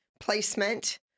placement